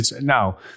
Now